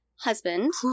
husband